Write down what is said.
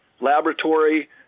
laboratory